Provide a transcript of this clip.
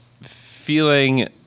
feeling